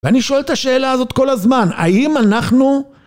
ואני שואל את השאלה הזאת כל הזמן, האם אנחנו...